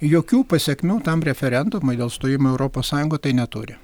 jokių pasekmių tam referendumui dėl stojimo į europos sąjungą tai neturi